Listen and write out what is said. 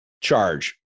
charge